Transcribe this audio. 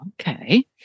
Okay